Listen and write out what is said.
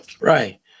Right